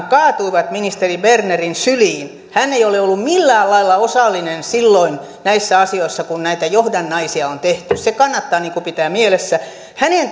kaatuivat ministeri bernerin syliin hän ei ole ollut millään lailla osallinen silloin näissä asioissa kun näitä johdannaisia on tehty se kannattaa pitää mielessä hänen